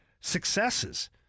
successes